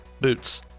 Boots